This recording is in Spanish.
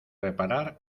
reparar